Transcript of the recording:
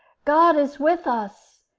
god is with us!